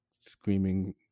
screaming